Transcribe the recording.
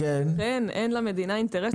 לכן אין למדינה אינטרס.